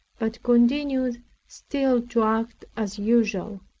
but continued still to act as usual.